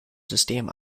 system